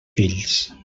fills